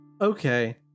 okay